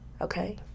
Okay